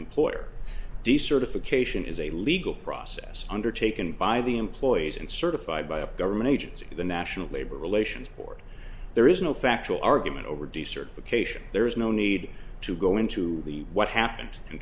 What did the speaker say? employer decertification is a legal process undertaken by the employees and certified by a government agency the national labor relations board there is no factual argument over decertification there is no need to go into the what happened in